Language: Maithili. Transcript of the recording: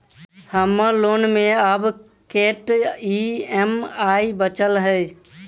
हम्मर लोन मे आब कैत ई.एम.आई बचल ह?